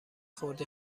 خورده